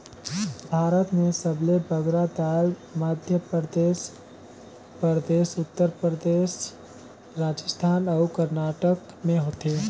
भारत में सबले बगरा दाएल मध्यपरदेस परदेस, उत्तर परदेस, राजिस्थान अउ करनाटक में होथे